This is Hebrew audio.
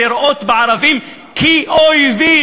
לראות בערבים אויבים